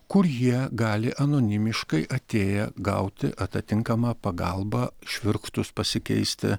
kur jie gali anonimiškai atėję gauti atitinkamą pagalbą švirkštus pasikeisti